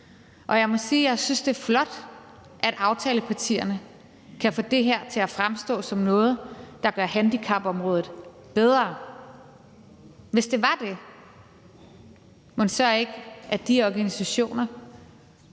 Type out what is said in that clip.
Og jeg må sige, at jeg synes, det er flot, at aftalepartierne kan få det her til at fremstå som noget, der gør handicapområdet bedre. Hvis det var det, mon så ikke de organisationer,